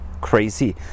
crazy